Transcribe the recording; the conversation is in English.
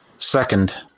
second